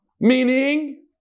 Meaning